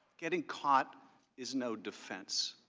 getting caught is no defense.